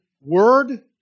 Word